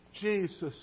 Jesus